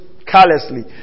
Carelessly